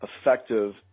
effective